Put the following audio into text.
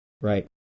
Right